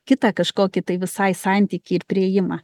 kitą kažkokį tai visai santykį ir priėjimą